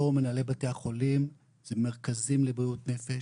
פורום מנהלי בתי החולים זה מרכזים לבריאות נפש